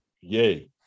yay